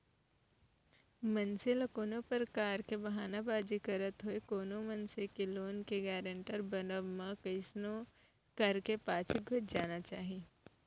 मनसे ल कोनो परकार के बहाना बाजी करत होय कोनो मनसे के लोन के गारेंटर बनब म कइसनो करके पाछू घुंच जाना चाही